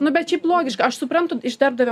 nu bet šiaip logiška aš suprantu iš darbdavio